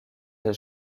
des